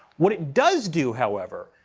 what it does do, however,